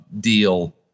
deal